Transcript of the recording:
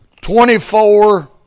Twenty-four